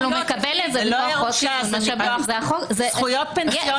אבל הוא מקבל את זה מכוח חוק איזון משאבים.